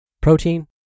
Protein